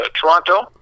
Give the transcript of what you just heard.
Toronto